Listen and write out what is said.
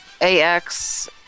AX